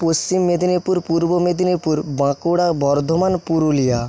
Paschim Medinipur Purba Medinipur Bankura Bardhaman Purulia